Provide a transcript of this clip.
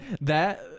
that-